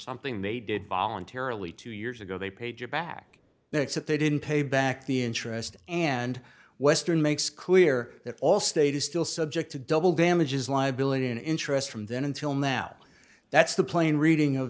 something they did voluntarily two years ago they paid you back next that they didn't pay back the interest and western makes clear that allstate is still subject to double damages liability and interest from then until now that's the plain reading of